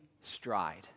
stride